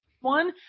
one